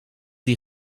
die